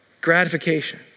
gratification